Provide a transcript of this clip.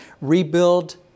rebuild